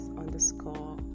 underscore